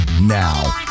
now